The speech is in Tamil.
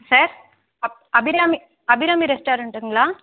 சார் அப் அபிராமி அபிராமி ரெஸ்டாரெண்ட்டுங்களா